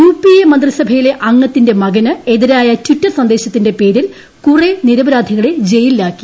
യുകപ്പിട്ട എ് മന്ത്രിസഭയിലെ അംഗത്തിന്റെ മകന് എതിരായ ടിറ്റർ സന്ദേശത്തിന്റെ പേരിൽ കുറെ നിരപരധികളെ ജയിലിലാക്കി